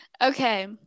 Okay